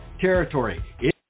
territory